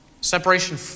Separation